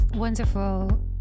wonderful